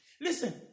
Listen